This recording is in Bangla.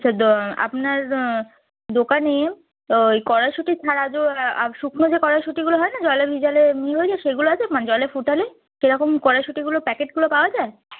আচ্ছা আপনার দোকানে ওই কড়াইশুঁটি ছাড়া যে শুকনো যে কড়াইশুঁটিগুলো হয় না জলে ভিজালে ইয়ে হয়ে যায় সেগুলো আছে মানে জলে ফোটালে সেরকম কড়াইশুঁটিগুলো প্যাকেটগুলো পাওয়া যায়